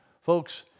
Folks